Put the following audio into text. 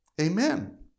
Amen